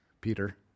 Peter